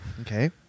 Okay